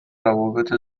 روابط